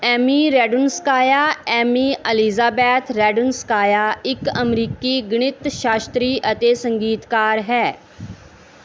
Ammy Radunskaya Amy Elizabeth Radunskaya ਇੱਕ ਅਮਰੀਕੀ ਗਣਿਤ ਸ਼ਾਸਤਰੀ ਅਤੇ ਸੰਗੀਤਕਾਰ ਹੈ